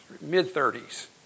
mid-30s